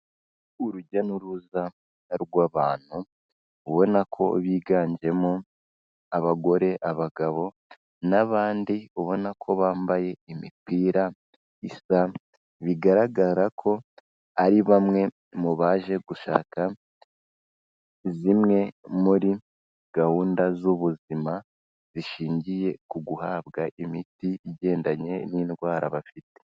Urujya n'uruza rw'abantu ubona ko biganjemo abagore, abagabo, n'abandi ubona ko bambaye imipira isa, bigaragara ko ari bamwe mu baje gushaka zimwe muri gahunda z'ubuzima, zishingiye ku guhabwa imiti igendanye n'indwara bafite.